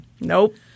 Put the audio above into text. Nope